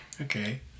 Okay